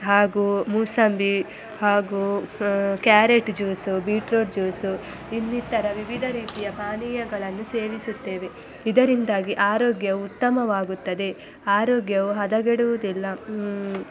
ಹಾಗೂ ಮೂಸಂಬಿ ಹಾಗೂ ಕ್ಯಾರೆಟ್ ಜ್ಯೂಸು ಬೀಟ್ರೂಟ್ ಜ್ಯೂಸು ಇನ್ನಿತರ ವಿವಿಧ ರೀತಿಯ ಪಾನೀಯಗಳನ್ನು ಸೇವಿಸುತ್ತೇವೆ ಇದರಿಂದಾಗಿ ಆರೋಗ್ಯವು ಉತ್ತಮವಾಗುತ್ತದೆ ಆರೋಗ್ಯವು ಹದಗೆಡುವುದಿಲ್ಲ